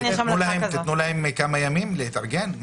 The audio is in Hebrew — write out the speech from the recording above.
תנו להם כמה ימים להתארגן.